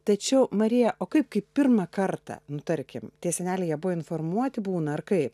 tačiau marija o kaip kaip pirmą kartą nu tarkim tie seneliai jie informuoti būna kai